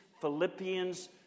Philippians